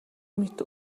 мэт